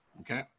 okay